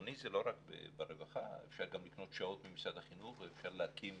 זה לא רק ברווחה כי אפשר גם לקנות שעות ממשרד החינוך ואפשר להקים